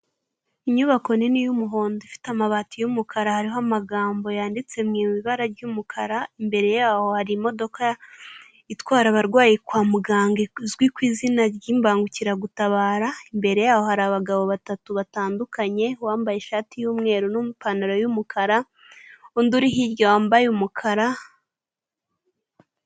Inyubako nini y'umuhondo ifite amabati y'umukara hariho amagambo yanditse mu ibara ry'umukara, imbere yaho hari imodoka itwara abarwayi kwa muganga izwi ku izina ry'imbangukiragutabara, imbere yaho hari abagabo batatu batandukanye, uwambaye ishati y'umweru n'ipantaro y'umukara, undi uri hirya wambaye umukara,